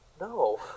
No